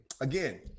again